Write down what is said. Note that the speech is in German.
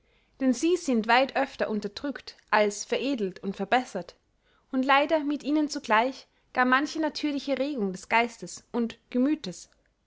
denn sie sind weit öfter unterdrückt als veredelt und verbessert und leider mit ihnen zugleich gar manche natürliche regung des geistes und gemüthes